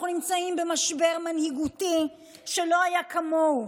אנחנו נמצאים במשבר מנהיגותי שלא היה כמוהו.